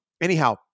Anyhow